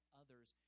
others